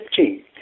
15